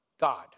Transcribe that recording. God